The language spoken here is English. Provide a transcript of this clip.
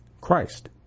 Christ